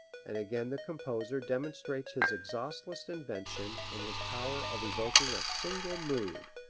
and again the composer demonstrates his exhaustless invention and his power of evoking a single mood,